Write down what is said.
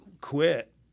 quit